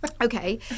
okay